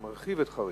הוא מרחיב את חריש.